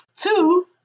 Two